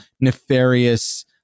nefarious